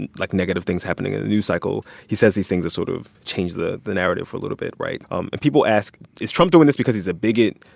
and like, negative things happening in the news cycle, he says these things to sort of change the the narrative for a little bit, right? um and people ask, is trump doing this because he's a bigot,